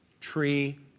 tree